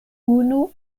unu